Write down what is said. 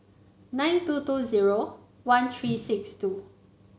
nine two two zero one three six two